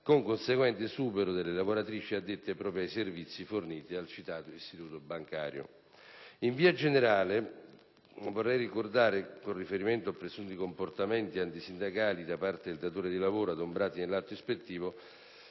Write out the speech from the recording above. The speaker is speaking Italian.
con conseguente esubero delle lavoratrici addette proprio ai servizi forniti al citato istituto bancario. In via generale, vorrei ricordare, con riferimento a presunti comportamenti antisindacali da parte del datore di lavoro, adombrati nell'atto ispettivo,